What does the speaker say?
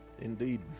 Indeed